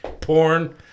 porn